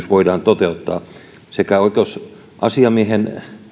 voidaan toteuttaa sekä oikeusasiamiehen